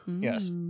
Yes